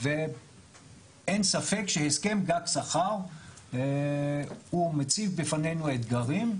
ואין ספק שהסכם גג שכר הוא מציב בפנינו אתגרים.